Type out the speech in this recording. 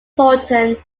thornton